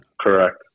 correct